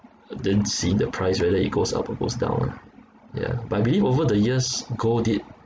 and then see the price whether it goes up or goes down lah yeah but I believe over the years gold did